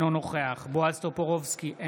אינו נוכח בועז טופורובסקי,